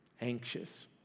anxious